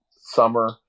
summer